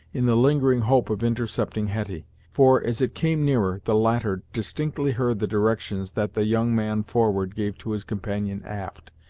in the lingering hope of intercepting hetty, for, as it came nearer, the latter distinctly heard the directions that the young man forward gave to his companion aft,